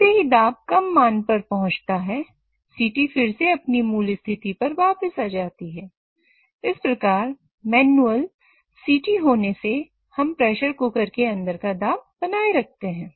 जैसे ही दाब कब मान पर पहुंचता है सीटी फिर से अपनी मूल स्थिति पर वापस आ जाती है इस प्रकार मैनुअल सीटी होने से हमप्रेशर कुकर के अंदर का दाब बनाए रखते हैं